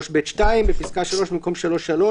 3ב2, בפסקה (3) במקום 3(3)